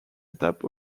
étape